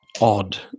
odd